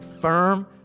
firm